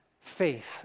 faith